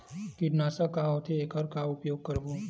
कीटनाशक का होथे एखर का उपयोग करबो?